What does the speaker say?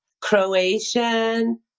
Croatian